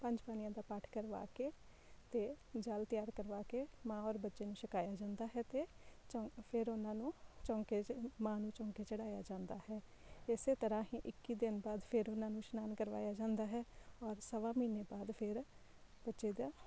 ਪੰਜ ਬਾਣੀਆਂ ਦਾ ਪਾਠ ਕਰਵਾ ਕੇ ਅਤੇ ਜਲ ਤਿਆਰ ਕਰਵਾ ਕੇ ਮਾਂ ਔਰ ਬੱਚੇ ਨੂੰ ਛਕਾਇਆ ਜਾਂਦਾ ਹੈ ਅਤੇ ਚੌਂ ਫਿਰ ਉਹਨਾਂ ਨੂੰ ਚੌਂਕੇ 'ਚ ਮਾਂ ਨੂੰ ਚੌਂਕੇ ਚੜ੍ਹਾਇਆ ਜਾਂਦਾ ਹੈ ਇਸੇ ਤਰ੍ਹਾਂ ਹੀ ਇੱਕੀ ਦਿਨ ਬਾਅਦ ਫਿਰ ਉਹਨਾਂ ਨੂੰ ਇਸ਼ਨਾਨ ਕਰਵਾਇਆ ਜਾਂਦਾ ਹੈ ਔਰ ਸਵਾ ਮਹੀਨੇ ਬਾਅਦ ਫਿਰ ਬੱਚੇ ਦਾ